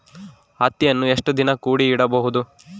ಹತ್ತಿಯನ್ನು ಎಷ್ಟು ದಿನ ಕೂಡಿ ಇಡಬಹುದು?